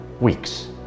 weeks